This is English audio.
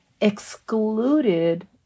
excluded